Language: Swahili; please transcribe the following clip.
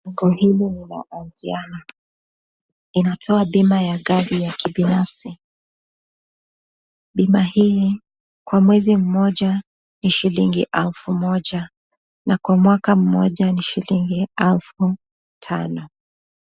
Hili ni la Anziano. Linatoa bima ya gari ya kibinafsi. Bima hii kwa mwezi mmoja ni shilingi elfu moja na kwa mwaka mmoja ni shilingi elfu tano.